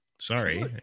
sorry